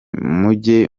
mujye